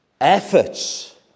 efforts